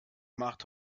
macht